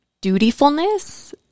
dutifulness